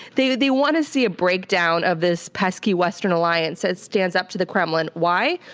they they want to see a breakdown of this pesky western alliance, and stands up to the kremlin. why?